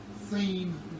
theme